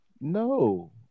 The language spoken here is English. No